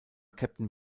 captain